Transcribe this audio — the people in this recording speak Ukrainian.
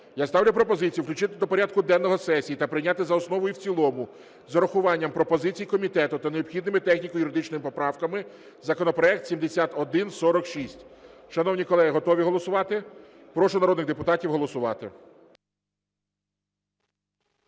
Я ставлю пропозицію включити до порядку денного сесії та прийняти за основу і в цілому з урахуванням пропозицій комітету та необхідними техніко-юридичними поправками законопроект 7146. Шановні колеги, готові голосувати? Прошу народних депутатів голосувати.